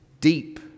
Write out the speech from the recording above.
deep